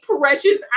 precious